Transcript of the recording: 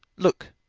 look.